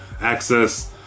access